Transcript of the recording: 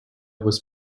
was